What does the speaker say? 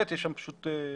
צודק,